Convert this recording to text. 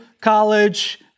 college